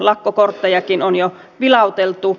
lakkokorttejakin on jo vilauteltu